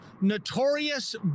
notorious